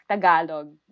Tagalog